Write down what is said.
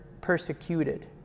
persecuted